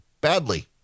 badly